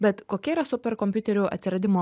bet kokia yra superkompiuterių atsiradimo